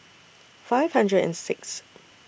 five hundred and Sixth